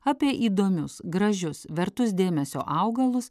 apie įdomius gražius vertus dėmesio augalus